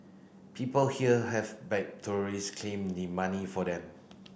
people here have bad tourist claim the money for them